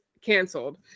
canceled